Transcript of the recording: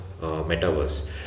metaverse